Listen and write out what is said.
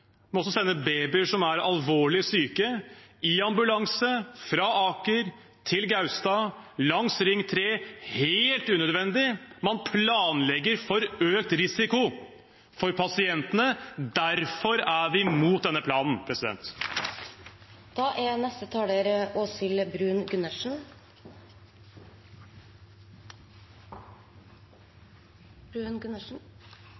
må også sende babyer som er alvorlig syke, i ambulanse fra Aker til Gaustad langs Ring 3 – helt unødvendig. Man planlegger for økt risiko for pasientene. Derfor er vi imot denne planen. Da får jeg starte med å gjenta noe som er